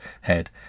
head